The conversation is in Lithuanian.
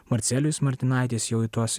marcelijus martinaitis jau į tuos